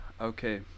Okay